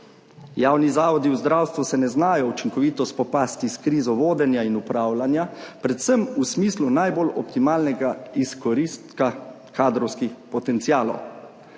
Javni zavodi v zdravstvu se ne znajo učinkovito spopasti s krizo vodenja in upravljanja predvsem v smislu najbolj optimalnega izkoristka kadrovskih potencialov.